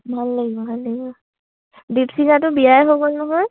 ভাল লাগিব ভাল লাগিব দীপশিখাটো বিয়াই হৈ গ'ল নহয়